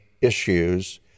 issues